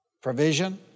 Provision